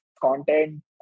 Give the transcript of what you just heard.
content